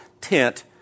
tent